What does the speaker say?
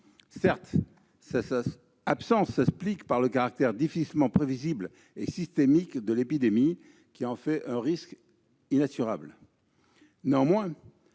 cette absence s'explique par le caractère difficilement prévisible et « systémique » de l'épidémie, qui en fait un risque inassurable. Néanmoins,